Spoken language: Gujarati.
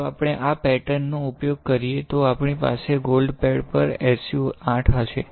જો આપણે આ પેટર્ન નો ઉપયોગ કરીએ તો આપણી પાસે ગોલ્ડ પેડ પર SU 8 હશે